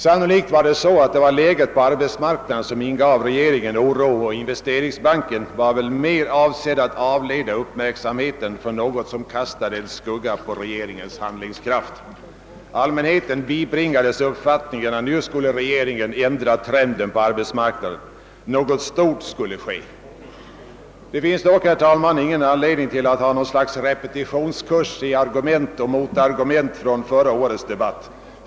Sannolikt var det läget på arbetsmarknaden som ingav regeringen ord, och avsikten med Investeringsbanken var väl mer att avleda uppmärksamheten från något som kastade en skugga på regeringens handlingskraft. Allmänheten bibringades uppfattningen att nu skulle regeringen ändra trenden på arbetsmarknaden. Något stort skulle ske. Det finns dock, herr talman, ingen anledning att ha något slags repetitionskurs i argument och motargument från förra årets debatt.